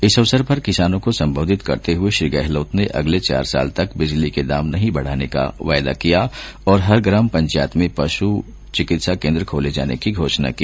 इस अवसर पर किसानों को संबोधित करते हुए श्री गहलोत ने अगले चार साल तक बिजली के दाम नहीं बढाने का वायदा किया और हर ग्राम प्रचायंत में पष् चिकित्सा केंद्र खोले जाने की घोषणा की